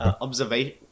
observation